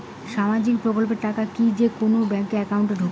সামাজিক প্রকল্পের টাকা কি যে কুনো ব্যাংক একাউন্টে ঢুকে?